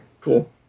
cool